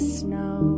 snow